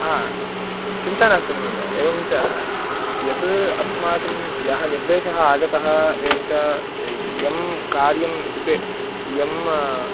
हा चिन्ता नास्ति महोदय एवं च यत् अस्माकं यः निर्देशः आगतः एवं च यत् कार्यम् इत्युक्ते यं